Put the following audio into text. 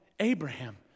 Abraham